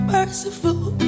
Merciful